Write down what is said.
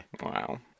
Wow